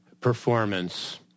performance